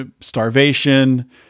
starvation